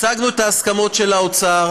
השגנו את ההסכמות של האוצר,